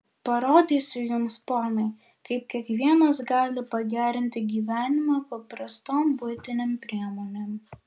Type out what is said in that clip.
parodysiu jums ponai kaip kiekvienas gali pagerinti gyvenimą paprastom buitinėm priemonėm